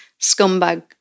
scumbag